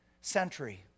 century